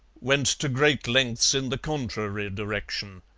went to great lengths in the contrary direction.